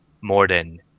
Morden